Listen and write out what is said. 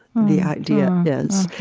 the idea is.